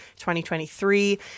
2023